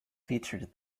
featured